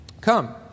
Come